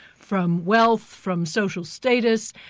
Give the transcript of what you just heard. from wealth, from social status,